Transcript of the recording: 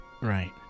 Right